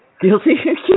Guilty